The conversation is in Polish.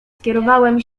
skierowałem